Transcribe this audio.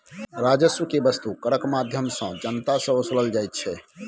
राजस्व केँ बस्तु करक माध्यमसँ जनता सँ ओसलल जाइ छै